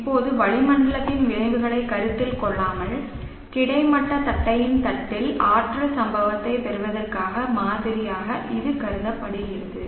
இப்போது வளிமண்டலத்தின் விளைவுகளை கருத்தில் கொள்ளாமல் கிடைமட்ட தட்டையான தட்டில் ஆற்றல் சம்பவத்தைப் பெறுவதற்கான மாதிரியாக இது கருதப்படுகிறது